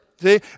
See